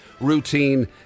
routine